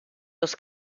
los